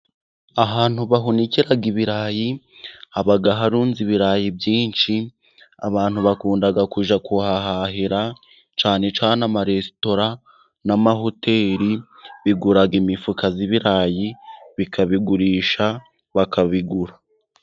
Ahantu bahunikira ibirayi, haba harunze ibirayi byinshi abantu bakunda kujya kuhahahira cyane cyane amaresitora n'amahoteri. Bigura imifuka z'ibirayi zikabigurisha bakabigura.